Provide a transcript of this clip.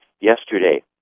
yesterday